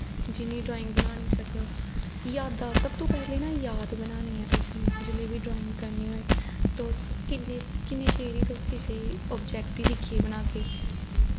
जि'नें गी ड्राईंग बनाई सकग यादां सबतो पैह्लें ना याद बनानी ऐ तुसें जिसले बी ड्राईंग करनी होए तुस किन्ने किन्नै चिर तुस कुसै अवजैक्ट गी दिक्खियै बनागे